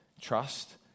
Trust